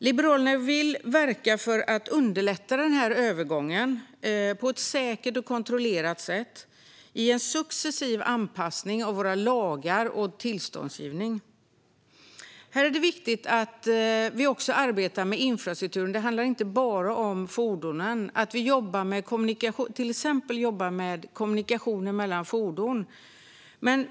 Liberalerna vill verka för att underlätta denna övergång på ett säkert och kontrollerat sätt i en successiv anpassning av tillståndsgivning och våra lagar. Det handlar inte bara om fordonen, utan här är det viktigt att vi också arbetar med infrastrukturen, till exempel kommunikationen mellan fordon.